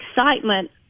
excitement